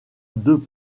deux